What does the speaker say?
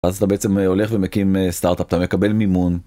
אז אתה בעצם הולך ומקים סטארט-אפ, אתה מקבל מימון.